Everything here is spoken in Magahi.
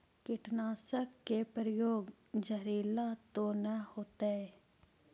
कीटनाशक के प्रयोग, जहरीला तो न होतैय?